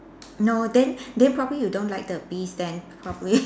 no then then probably you don't like the bees then probably